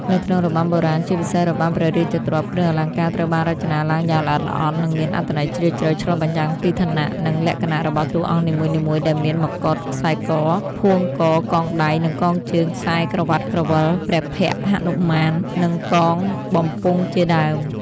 នៅក្នុងរបាំបុរាណ ជាពិសេសរបាំព្រះរាជទ្រព្យ គ្រឿងអលង្ការត្រូវបានរចនាឡើងយ៉ាងល្អិតល្អន់ និងមានអត្ថន័យជ្រាលជ្រៅ ឆ្លុះបញ្ចាំងពីឋានៈ និងលក្ខណៈរបស់តួអង្គនីមួយៗ ដែលមាន មកុដ ខ្សែក/ផួងក កងដៃ និងកងជើង ខ្សែក្រវាត់ ក្រវិល ព្រះភ័ក្ត្រហនុមាន និងកងបំពង់ជាដើម។